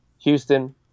Houston